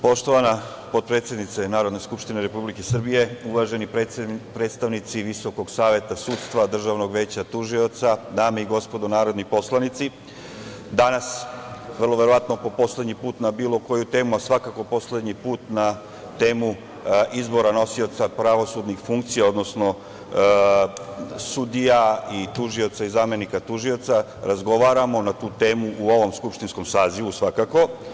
Poštovana potpredsednice Narodne skupštine Republike Srbije, uvaženi predstavnici Visokog saveta sudstva, Državnog veća tužioca, dame i gospodo narodni poslanici, danas vrlo verovatno po poslednji put na bilo koju temu, a svakako poslednji put na temu izbora nosioca pravosudnih funkcija, odnosno sudija, tužioca i zamenika tužioca, razgovaramo na tu temu u ovom skupštinskom sazivu, svakako.